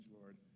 Lord